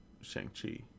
Shang-Chi